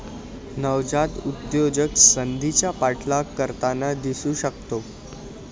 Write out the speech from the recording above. नवजात उद्योजक संधीचा पाठलाग करताना दिसू शकतो